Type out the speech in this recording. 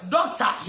Doctor